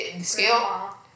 Scale